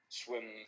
swim